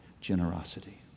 generosity